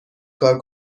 کار